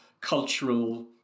cultural